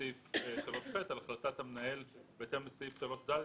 הוספנו את סעיף 3(ח):"על החלטת המנהל בהתאם לסעיף 3(ד)